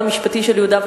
לא חשבתי שאני